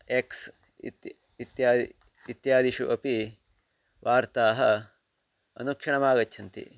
X इत्ति इत्यादि इत्यदिषु अपि वार्ताः अनुक्षणमागच्छन्ति